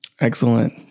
Excellent